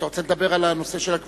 חבר הכנסת שלמה מולה,